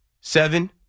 Seven